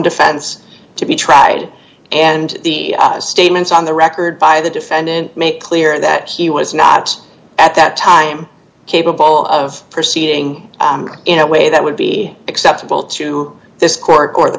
defense to be tried and the statements on the record by the defendant make clear that he was not at that time capable of proceeding in a way that would be acceptable to this court or the